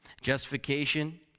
Justification